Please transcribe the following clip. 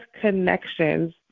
connections